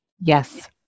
Yes